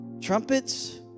trumpets